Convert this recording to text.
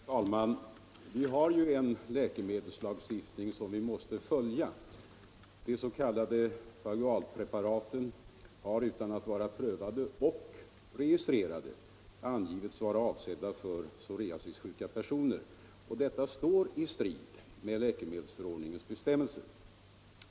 Herr talman! Vi har ju en läkemedelslagstiftning som vi måste följa. De s.k. fagualpreparaten har utan att vara prövade och registrerade angivits vara avsedda för psoriasissjuka personer. Detta står i strid med läkemedelsförordningens bestämmelser.